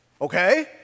Okay